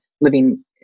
living